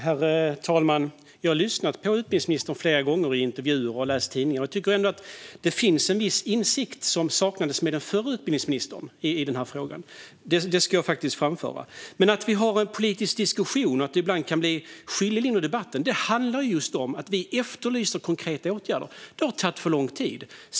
Herr talman! Jag har flera gånger lyssnat på och läst intervjuer med utbildningsministern, och jag tycker ändå att det finns en viss insikt i denna fråga som saknades hos den förra utbildningsministern. Det vill jag faktiskt framföra. Men att vi har en politisk diskussion och att det ibland kan bli skiljelinjer i debatten handlar just om att vi efterlyser konkreta åtgärder. Det har tagit för lång tid.